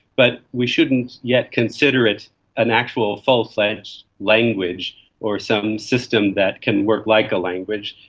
but we shouldn't yet consider it an actual full-fledged language or some system that can work like a language.